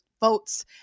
votes